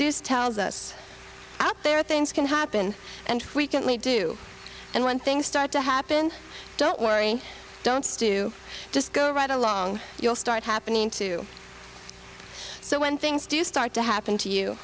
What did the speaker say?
suze tells us out there things can happen and frequently do and when things start to happen don't worry don't stew just go right along you'll start happening too so when things do start to happen to you